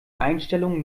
einstellung